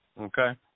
okay